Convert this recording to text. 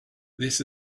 this